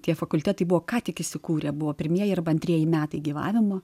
tie fakultetai buvo ką tik įsikūrę buvo pirmieji arba antrieji metai gyvavimo